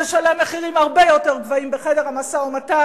תשלם מחירים הרבה יותר גבוהים בחדר המשא-ומתן,